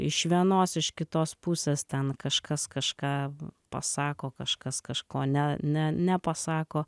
iš vienos iš kitos pusės ten kažkas kažką pasako kažkas kažko ne ne nepasako